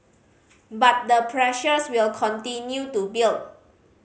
but the pressures will continue to build